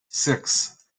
six